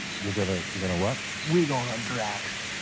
you're gonna you're gonna what? we're gonna draxx